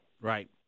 right